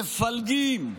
מפלגים.